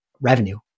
revenue